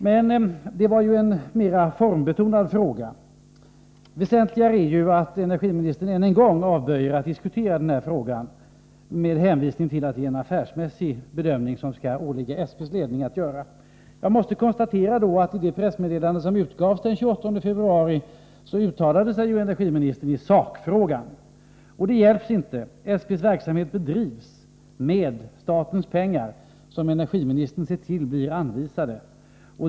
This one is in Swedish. Den frågan är emellertid mera av formell natur. Mera väsentligt är att energiministern ännu en gång avböjer att diskutera den här frågan, med hänvisning till att det åligger SP:s ledning att göra den affärsmässiga bedömningen. Jag måste dock konstatera att energiministern i pressmeddelandet från den 28 februari uttalade sig i sakfrågan. SP:s verksamhet bedrivs — det kan inte hjälpas; så är det — med statens pengar. Energiministern ser ju till att dessa pengar anvisas.